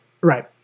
right